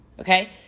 Okay